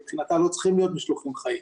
מבחינתה לא צריכים להיות משלוחים חיים,